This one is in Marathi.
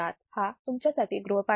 हा तुमच्यासाठी गृहपाठ आहे